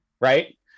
right